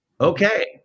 Okay